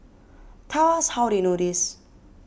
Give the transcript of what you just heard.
tell us how they know this